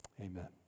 amen